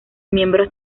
miembros